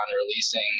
releasing